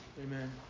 Amen